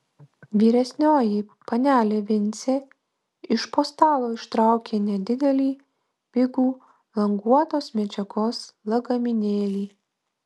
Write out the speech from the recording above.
vyresnioji panelė vincė iš po stalo ištraukė nedidelį pigų languotos medžiagos lagaminėlį